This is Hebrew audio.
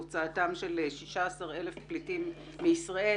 הוצאתם של 16,000 פליטים מישראל,